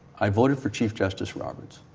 i voted for chief justice roberts.